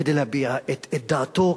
כדי להביע את דעתו,